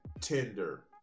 Tinder